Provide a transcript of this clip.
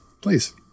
please